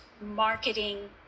marketing